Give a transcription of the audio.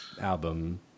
album